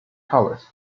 covers